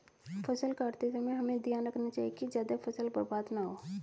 फसल काटते समय हमें ध्यान रखना चाहिए कि ज्यादा फसल बर्बाद न हो